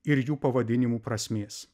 ir jų pavadinimų prasmės